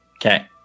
Okay